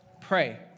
Pray